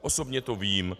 Osobně to vím.